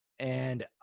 and,